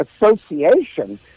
Association